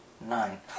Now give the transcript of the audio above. Nine